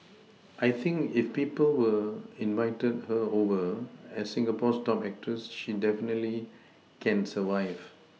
I think if people will invited her over as Singapore's top actress she definitely can survive